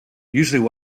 usually